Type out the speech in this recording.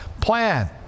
plan